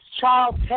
child